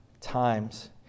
times